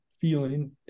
feeling